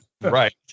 Right